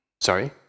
sorry